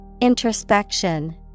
Introspection